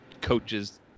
coaches